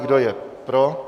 Kdo je pro?